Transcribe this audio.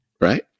right